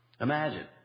Imagine